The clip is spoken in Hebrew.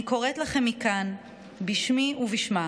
אני קוראת לכם מכאן בשמי ובשמה: